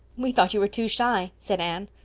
we thought you were too shy, said anne.